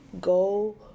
go